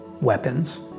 weapons